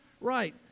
right